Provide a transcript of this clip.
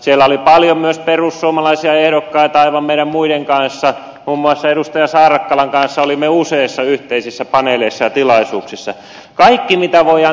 siellä oli paljon myös perussuomalaisia ehdokkaita aivan meidän muiden kanssa muun muassa edustaja saarakkalan kanssa olimme useissa yhteisissä paneeleissa ja tilaisuuksissa